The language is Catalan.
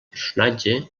personatge